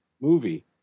movie